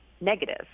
negative